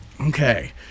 Okay